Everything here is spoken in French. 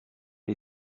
les